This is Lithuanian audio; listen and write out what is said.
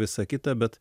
visa kita bet